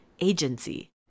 agency